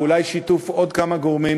ואולי בשיתוף עוד כמה גורמים,